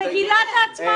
מרצ,